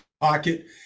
pocket